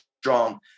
strong